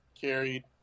carried